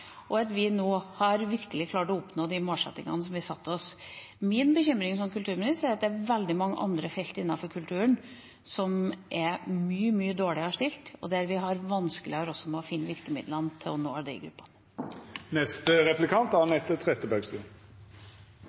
og at vi nå virkelig har klart å oppnå de målsettingene som vi satte oss. Min bekymring som kulturminister er at det er veldig mange andre felt innenfor kulturen som er mye, mye dårligere stilt, og der det også er vanskeligere å finne virkemidler for å nå disse gruppene. Vi skal nok invitere statsråden og regjeringspartiene til å gjøre noe med resten av